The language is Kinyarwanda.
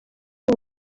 ari